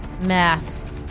Math